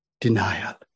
denial